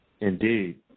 Indeed